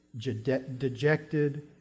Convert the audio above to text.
dejected